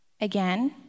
Again